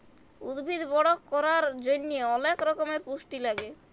উদ্ভিদ বড় ক্যরার জন্হে অলেক রক্যমের পুষ্টি লাগে